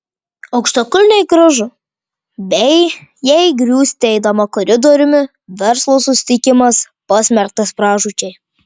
aukštakulniai gražu bei jei griūsite eidama koridoriumi verslo susitikimas pasmerktas pražūčiai